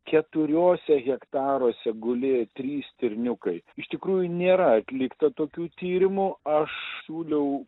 keturiuose hektaruose gulėjo trys stirniukai iš tikrųjų nėra atlikta tokių tyrimų aš siūliau